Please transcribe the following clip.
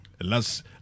Las